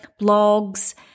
blogs